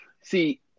see